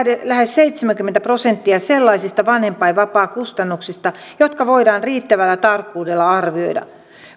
lähes seitsemänkymmentä prosenttia sellaisista vanhempainvapaakustannuksista jotka voidaan riittävällä tarkkuudella arvioida